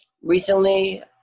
Recently